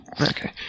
Okay